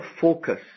focus